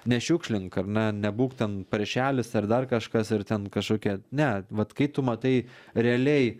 nešiukšlink ar ne nebūk ten paršelis ar dar kažkas ir ten kažkokia ne vat kai tu matai realiai